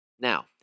Now